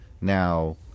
Now